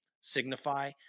signify